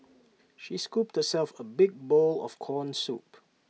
she scooped herself A big bowl of Corn Soup